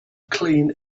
clean